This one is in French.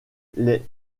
les